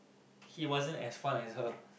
he wasn't as fun as her